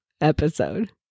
episode